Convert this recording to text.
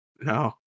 no